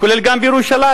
כולל בירושלים?